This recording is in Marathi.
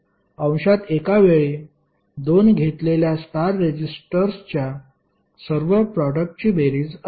अंशात एका वेळी 2 घेतलेल्या स्टार रेजिस्टर्सच्या सर्व प्रोडक्टची बेरीज असते